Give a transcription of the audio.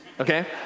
okay